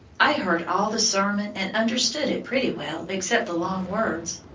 i heard all the sermon, and understood it pretty well except the long words.